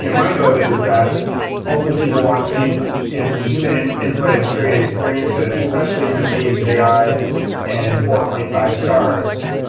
you know my vote is that ultimately, people want human and human input and curated experiences, especially in this age of ai and four point five stars.